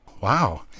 Wow